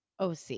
OC